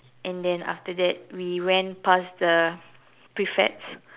and then after that we went pass the prefects